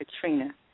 Katrina